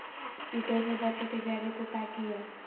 कीटों से बचे के जैविक उपाय की हैय?